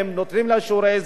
נותנים להם שיעורי עזר.